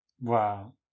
Wow